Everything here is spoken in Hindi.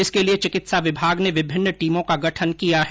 इसके लिये चिकित्सा विभाग ने विभिन्न टीमों का गठन किया है